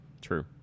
True